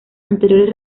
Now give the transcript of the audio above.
anteriores